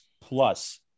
plus